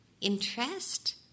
interest